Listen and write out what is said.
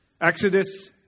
Exodus